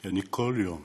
כי אני כל יום,